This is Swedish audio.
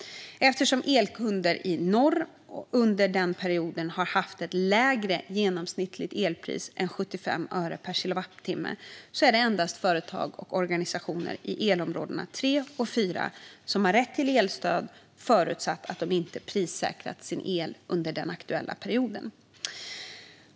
Eftersom elkunder i norr under den perioden har haft ett lägre genomsnittligt elpris än 75 öre per kilowattimme är det endast företag och organisationer i elområdena 3 och 4 som har rätt till elstöd, förutsatt att de inte prissäkrat sin el under den aktuella perioden.